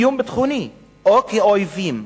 כאל איום ביטחוני או כאל אויבים,